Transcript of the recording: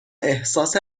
احساس